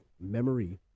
memory